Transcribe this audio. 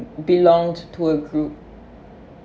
belonged to a group